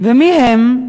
ומי הם?